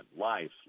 life